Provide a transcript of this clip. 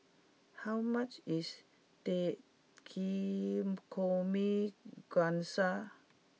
how much is Takikomi Gohan